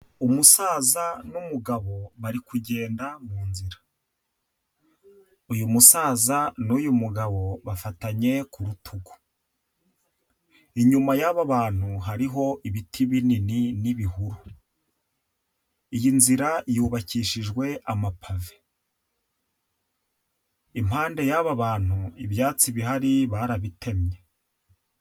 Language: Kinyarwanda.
Umusaza n'umugabo bari kugenda mu nzira, uyu musaza n'uyu mugabo bafatanye ku rutugu, inyuma y'aba bantu hariho ibiti binini n'ibihuru, iyi nzira yubakishijwe amapave, impande y'aba bantu ibyatsi bihari barabitemye.